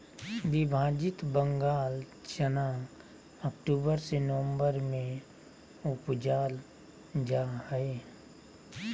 विभाजित बंगाल चना अक्टूबर से ननम्बर में उपजाल जा हइ